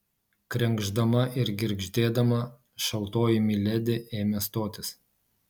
krenkšdama ir girgždėdama šaltoji miledi ėmė stotis